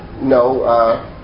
no